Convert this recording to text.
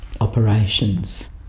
operations